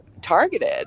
targeted